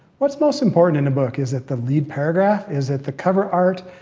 what's most important in a book. is it the lead paragraph? is it the cover art?